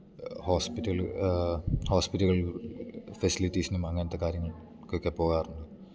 hospital ഹോസ്പിറ്റ്കൾ ഫെസിലിറ്റീസിനും അങ്ങനെത്തെ കാര്യങ്ങൾക്കൊക്കെ പോകാറുണ്ട്